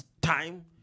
time